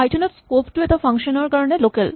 Python ত scope টো এটা ফাংচন ৰ কাৰণে লোকেল